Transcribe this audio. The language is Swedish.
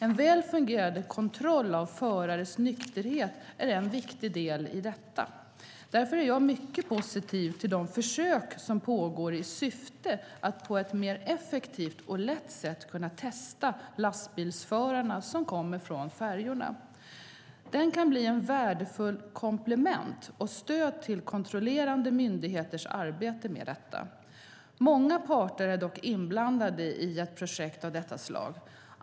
En väl fungerande kontroll av förares nykterhet är en viktig del i detta. Därför är jag mycket positiv till de försök som pågår i syfte att på ett mer effektivt och lätt sätt kunna testa lastbilsförarna som kommer från färjorna. Det kan bli ett värdefullt komplement och stöd till kontrollerande myndigheters arbete med detta. Många parter är dock inblandade i ett projekt av detta slag.